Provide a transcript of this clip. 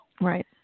Right